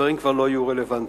כשהדברים כבר לא יהיו רלוונטיים.